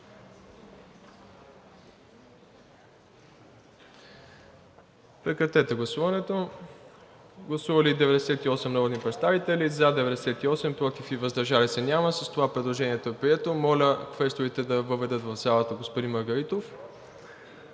господин Маргаритов. Гласували 98 народни представители: за 98, против и въздържали се няма. Предложението е прието. Моля квесторите да въведат в залата господин Маргаритов.